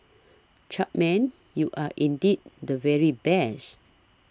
Chapman you are indeed the very best